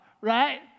right